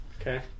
Okay